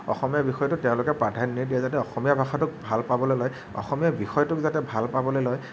অসমীয়া বিষয়টোক তেওঁলোকে প্ৰাধান্য দিয়ে যাতে অসমীয়া ভাষাটোক ভাল পাবলৈ লয় অসমীয়া বিষয়টোক যাতে ভাল পাবলৈ লয়